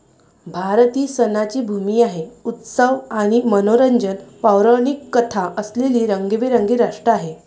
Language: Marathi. भारत ही सणांची भूमी आहे, उत्सव आणि मनोरंजक पौराणिक कथा असलेले रंगीबेरंगी राष्ट्र आहे